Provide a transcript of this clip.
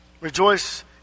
Rejoice